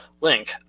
link